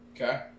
Okay